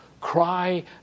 Cry